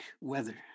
weather